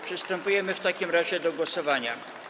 Przystępujemy w takim razie do głosowania.